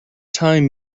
time